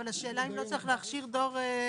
אבל השאלה אם לא צריך להכשיר דור הבא.